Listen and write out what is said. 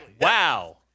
Wow